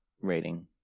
rating